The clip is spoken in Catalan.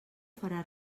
farà